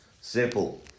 Simple